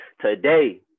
Today